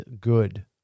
good